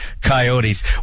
Coyotes